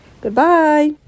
Goodbye